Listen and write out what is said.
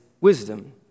wisdom